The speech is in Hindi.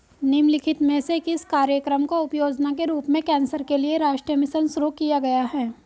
निम्नलिखित में से किस कार्यक्रम को उपयोजना के रूप में कैंसर के लिए राष्ट्रीय मिशन शुरू किया गया है?